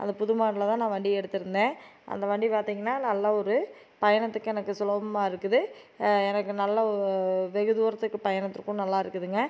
அந்த புது மாடலில் தான் நான் வண்டி எடுத்துருந்தேன் அந்த வண்டி பார்த்திங்கன்னா நல்ல ஒரு பயணத்துக்கு எனக்கு சுலபமாக இருக்குது எனக்கு நல்ல வெகு தூரத்துக்கு பயணத்திற்கும் நல்லா இருக்குதுங்க